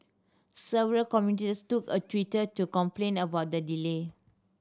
several commuters took a Twitter to complain about the delay